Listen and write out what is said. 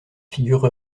figure